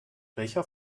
welcher